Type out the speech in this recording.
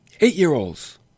eight-year-olds